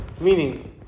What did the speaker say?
meaning